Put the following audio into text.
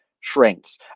shrinks